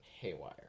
haywire